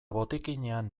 botikinean